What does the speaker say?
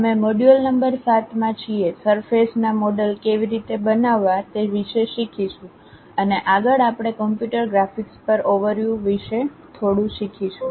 અમે module number 7 માં છીએ સરફેસના મોડલ કેવી રીતે બનાવવી તે વિશે શીખીશું અને આગળ આપણે કમ્પ્યુટર ગ્રાફિક્સ પર ઓવરવ્યુ વિશે થોડું શીખીશું